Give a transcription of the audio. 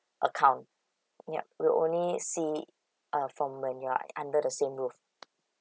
account yup we'll only see uh from when you are under the same roof